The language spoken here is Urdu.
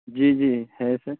جی جی ہے سر